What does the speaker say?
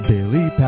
Billy